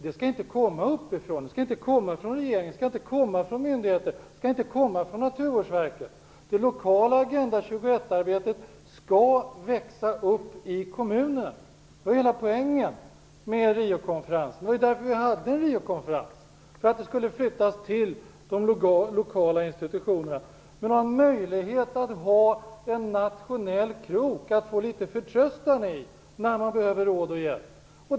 Det skall inte komma uppifrån, det skall inte komma från regeringen, det skall inte komma från myndigheter, det skall inte komma från Naturvårdsverket. Det lokala arbetet med Agenda 21 skall växa upp i kommunerna. Det var hela poängen med Riokonferensen. Det var därför vi hade en Riokonferens. Detta skulle flyttas till de lokala institutionerna, men man skulle möjlighet att ha en nationell krok att få litet förtröstan från när man behöver råd och hjälp.